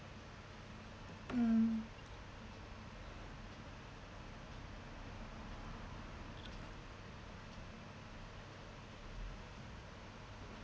mm